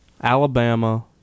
alabama